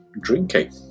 drinking